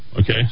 okay